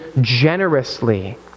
generously